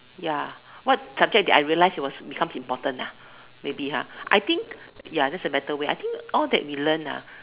ya what subject did I realised it was becomes important ah maybe ah I think ya that's the better way I think all that we learnt ah